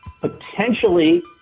potentially